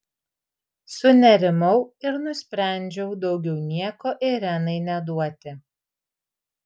sunerimau ir nusprendžiau daugiau nieko irenai neduoti